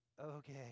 Okay